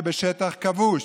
כבשטח כבוש.